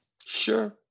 Sure